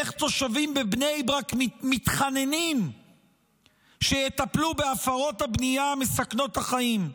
איך תושבים בבני ברק מתחננים שיטפלו בהפרות הבנייה מסכנות החיים.